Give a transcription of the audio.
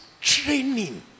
training